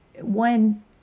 One